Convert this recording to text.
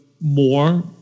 more